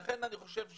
לכן אני חושב,